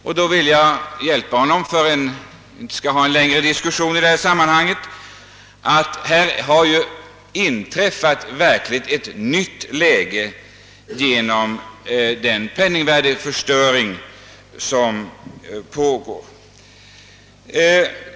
För att vi inte skall behöva ha en längre diskussion i detta sammanhang vill jag hjälpa honom och säga att det har inträffat ett nytt läge genom «den penningvärdeförsämring som pågår.